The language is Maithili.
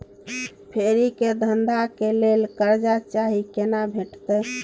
फेरी के धंधा के लेल कर्जा चाही केना भेटतै?